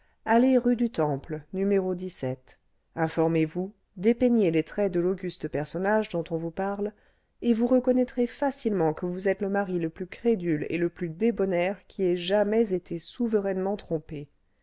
allez rue du temple no informez-vous dépeignez les traits de l'auguste personnage dont on vous parle et vous reconnaîtrez facilement que vous êtes le mari le plus crédule et le plus débonnaire qui ait jamais été souverainement trompé